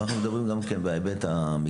אבל אנחנו מדברים גם על ההיבט המקצועי,